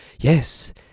yes